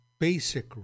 basic